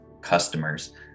customers